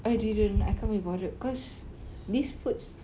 I didn't I can't be bothered cause these foods